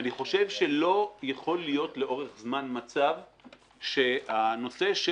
אני חושב שלא יכול להיות לאורך זמן מצב שהנושא של